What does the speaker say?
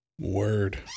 Word